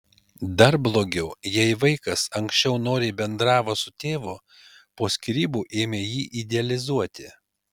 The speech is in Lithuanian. dar blogiau jei vaikas anksčiau noriai bendravo su tėvu o po skyrybų ėmė jį idealizuoti